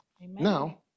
Now